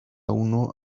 uno